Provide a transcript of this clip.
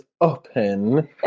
open